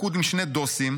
לכוד עם שני דוסים,